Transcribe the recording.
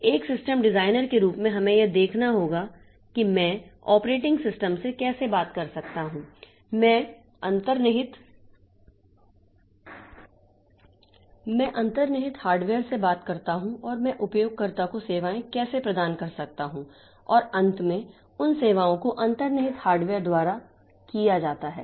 इसलिए एक system designer के रूप में हमें यह देखना होगा कि मैं ऑपरेटिंग सिस्टम से कैसे बात कर सकता हूं मैं अंतर्निहित हार्डवेयर से बात करता हूं और मैं उपयोगकर्ता को सेवाएं कैसे प्रदान कर सकता हूं और अंत में उन सेवाओं को अंतर्निहित हार्डवेयर द्वारा किया जाता है